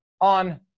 on